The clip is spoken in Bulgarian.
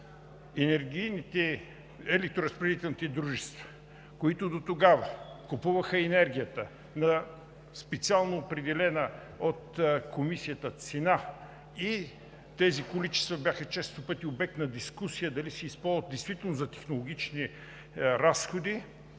второ място, електроразпределителните дружества, които дотогава купуваха енергията на специално определена от Комисията цена и тези количества бяха често пъти обект на дискусия дали се използват действително за технологични разходи,